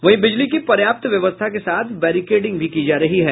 वहीं बिजली की पर्याप्त व्यवस्था के साथ बैरिकेडिंग भी की जा रही है